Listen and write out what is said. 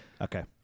Okay